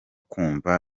kumva